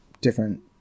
different